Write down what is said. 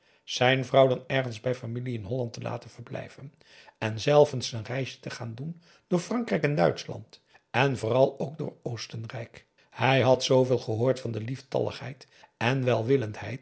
zijn vrouw dan ergens bij familie in holland te laten verblijven en zelf eens n reisje te gaan doen door frankrijk en duitschland en vooral ook door oostenrijk hij had zooveel gehoord van de lieftalligheid en welwillendheid